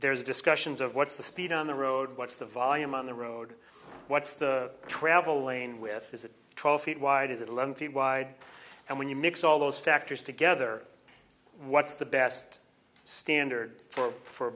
there's discussions of what's the speed on the road what's the volume on the road what's the travel lane with is it twelve feet wide is it a lengthy wide and when you mix all those factors together what's the best standard for for